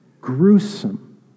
gruesome